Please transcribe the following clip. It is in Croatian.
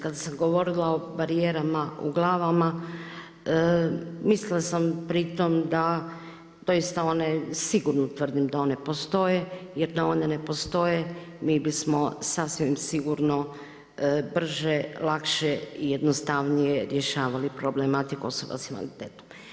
Kada se govorilo o barijerama u glavama, mislila sam pri tom, tj. sigurno tvrdim da one postoje, jer da one ne postoje, mi bismo sasvim sigurno, brže, lakše i jednostavnije rješavali problematiku osoba s invaliditetom.